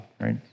Right